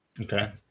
Okay